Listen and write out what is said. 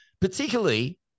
particularly